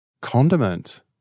Condiment